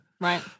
right